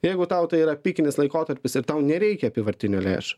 jeigu tau tai yra pikinis laikotarpis ir tau nereikia apyvartinių lėšų